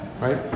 right